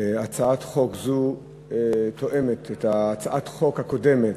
הצעת חוק זו תואמת את הצעת החוק הקודמת,